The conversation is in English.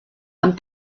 and